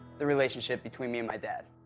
the relationship between me and my dad